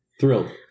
Thrilled